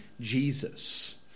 Jesus